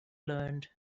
learned